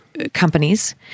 companies